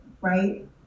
right